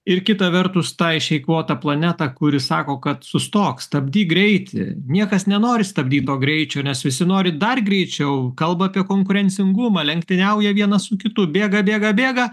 ir kita vertus tą išeikvotą planetą kuri sako kad sustok stabdyk greitį niekas nenori stabdyt to greičiau nes visi nori dar greičiau kalba apie konkurencingumą lenktyniauja vienas su kitu bėga bėga bėga